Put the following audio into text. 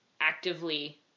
actively